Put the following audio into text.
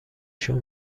شون